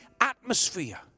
atmosphere